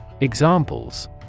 Examples